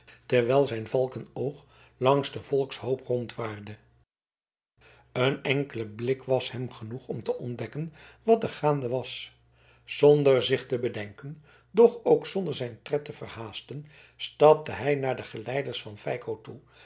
terwijl zijn valkenoog langs den volkshoop rondwaarde een enkele blik was hem genoeg om te ontdekken wat er gaande was zonder zich te bedenken doch ook zonder zijn tred te verhaasten stapte hij naar de geleiders van feiko toe